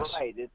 right